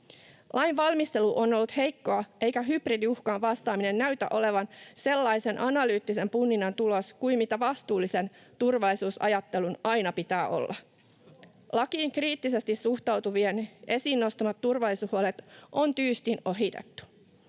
Lain valmistelu on ollut heikkoa, eikä hybridiuhkaan vastaaminen näytä olevan sellaisen analyyttisen punninnan tulos kuin mitä vastuullisen turvallisuusajattelun aina pitää olla. Lakiin kriittisesti suhtautuvien esiin nostamat turvallisuushuolet on tyystin ohitettu.